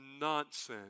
nonsense